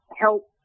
help